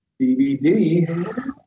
DVD